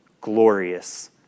glorious